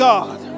God